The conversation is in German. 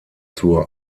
zur